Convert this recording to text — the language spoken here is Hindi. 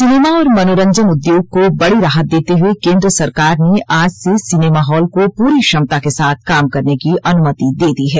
सिनेमा और मनोरंजन उद्योग को बड़ी राहत देते हुए केन्द्र सरकार ने आज से सिनेमा हॉल को पूरी क्षमता के साथ काम करने की अनुमति दे दी है